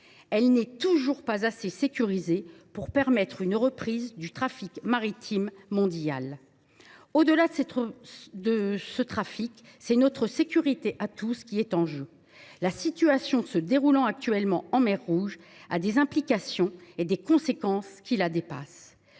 qui n’est toujours pas assez sécurisée pour permettre une reprise du trafic maritime mondial. Au delà de ce trafic, c’est notre sécurité à tous qui est en jeu, car la situation actuelle en mer Rouge a des implications et des conséquences qui la dépassent.